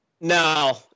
No